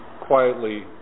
quietly